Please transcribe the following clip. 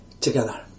together